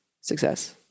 success